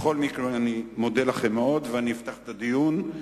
בכל מקרה אני מודה לכם מאוד, ואפתח את הדיון.